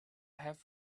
have